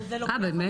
לימור סון הר מלך